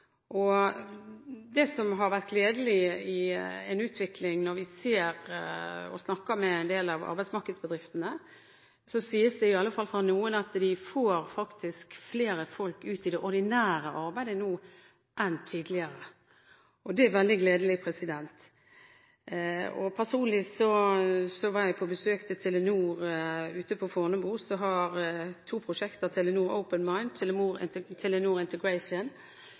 arbeid. Det som har vært en gledelig utvikling når vi snakker med en del av arbeidsmarkedsbedriftene, er at det sies – i alle fall fra noen – at de faktisk får flere folk ut i det ordinære arbeidet nå enn tidligere. Det er veldig gledelig. Jeg, personlig, har vært på besøk hos Telenor ute på Fornebu. De har to prosjekt, Telenor Open Mind og Telenor Integration,